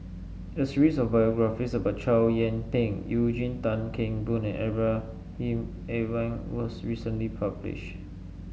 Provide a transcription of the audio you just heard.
a series of biographies about Chow Yian Ping Eugene Tan Kheng Boon and Ibrahim Awang was recently publish